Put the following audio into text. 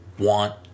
want